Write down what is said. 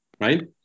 right